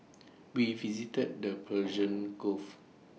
we visited the Persian gulf